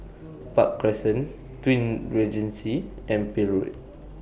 Park Crescent Twin Regency and Peel Road